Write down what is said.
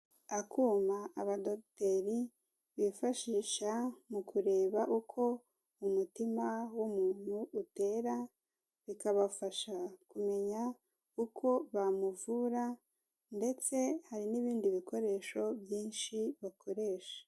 Akuma abadogiteri bifashisha mu kureba uko umutima w'umuntu utera, bikabafasha kumenya uko bamuvura ndetse hari n'ibindi bikoresho byinshi bakoresha.